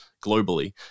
globally